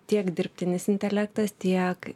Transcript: tiek dirbtinis intelektas tiek